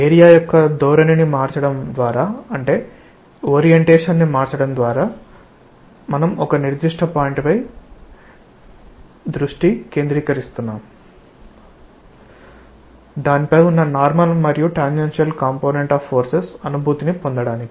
area యొక్క ధోరణిని మార్చడం ద్వారా మనం ఒక నిర్దిష్ట పాయింట్ పై దృష్టి కేంద్రీకరిస్తున్నాము దానిపై ఉన్న నార్మల్ మరియు టాంజెన్షియల్ కాంపొనెంట్ ఆఫ్ ఫోర్సెస్ అనుభూతిని పొందడానికి